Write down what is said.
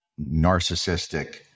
narcissistic